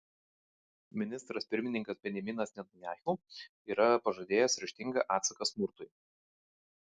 ministras pirmininkas benjaminas netanyahu yra pažadėjęs ryžtingą atsaką smurtui